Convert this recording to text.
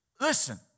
Listen